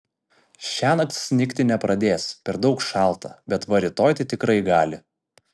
šiąnakt snigti nepradės per daug šalta bet va rytoj tai tikrai gali